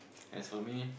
as for me